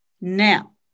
Now